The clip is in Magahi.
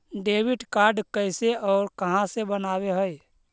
डेबिट कार्ड कैसे और कहां से बनाबे है?